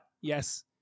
Yes